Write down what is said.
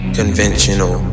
conventional